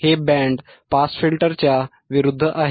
हे band pass फिल्टरच्या विरुद्ध आहे